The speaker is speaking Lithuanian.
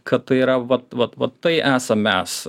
kad tai yra vat vat vat tai esam mes